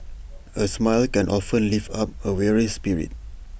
A smile can often lift up A weary spirit